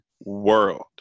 world